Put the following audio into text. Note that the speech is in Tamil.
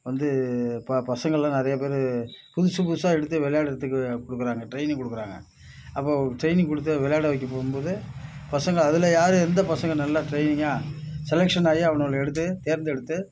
வந்து ப பசங்கலாம் நிறையா பேர் புதுசு புதுசாக எடுத்து விளையாடுறத்துக்கு கொடுக்குறாங்க ட்ரைனிங் கொடுக்குறாங்க அப்புறம் ட்ரைனிங் கொடுத்து விளையாட வைக்க போகும் போது பசங்கள் அதில் யார் எந்த பசங்கள் நல்லா ட்ரைனிங்காக செலெக்சன் ஆகி அவனோல எடுத்து தேர்ந்தெடுத்து